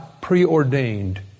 preordained